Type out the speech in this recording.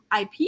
IP